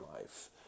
life